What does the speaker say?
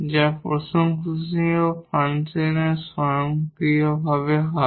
যা কমপ্লিমেন্টরি ফাংশনে স্বয়ংক্রিয়ভাবে হবে